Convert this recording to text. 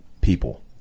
people